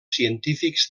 científics